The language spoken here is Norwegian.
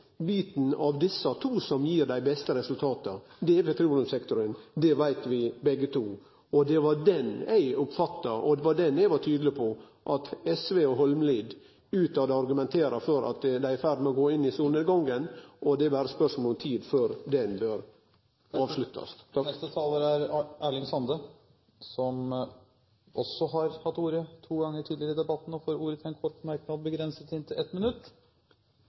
av desse to som gir dei beste resultata – nemleg petroleumssektoren – det veit vi begge to. Det var den eg oppfatta, og det var den eg var tydeleg på at SV og Holmelid utetter argumenterte for var i ferd med å gå inn i solnedgangen – det er berre eit spørsmål om tid før den burde avsluttast. Erling Sande har hatt ordet to ganger tidligere og får ordet til en kort merknad, begrenset til 1 minutt.